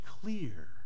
clear